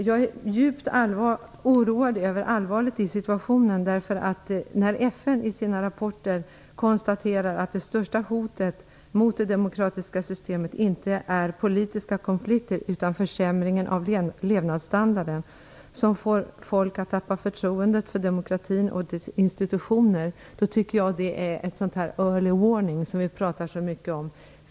Jag är djupt oroad över allvaret i situationen. När FN i sina rapporter konstaterar att det största hotet mot det demokratiska systemet inte är politiska konflikter utan den försämring av levnadsstandarden som får folk att tappa förtroendet för demokratin och dess institutioner, tycker jag att det är den early warning som vi pratar så mycket om.